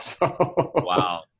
Wow